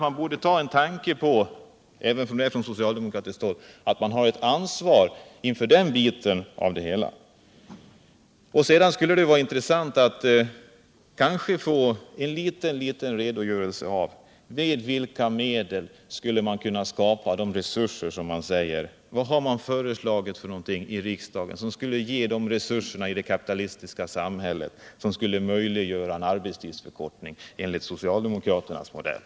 Man borde även från socialdemokratiskt håll tänka på att man har ett ansvar för den delen av det hela. Det skulle också vara intressant att få en liten redogörelse för med vilka medel man skulle kunna skapa de resurser man talar om. Vad har man föreslagit i riksdagen för att skapa de resurser i det kapitalistiska samhället som skulle möjliggöra en arbetstidsförkortning enligt socialdemokraternas modell?